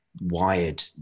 wired